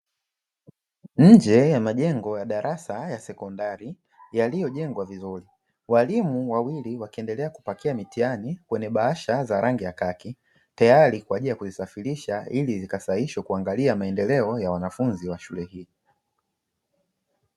Nje ya majengo ya darasa ya sekondari, yaliyojengwa vizuri. Walimu wawili wakiendelea kupakia mitihani kwenye bahasha za rangi ya khaki, tayari kwa ajili ya kuzisafirisha ili zikasahihishwe, kuangalia maendeleo ya wanafunzi wa shule hii.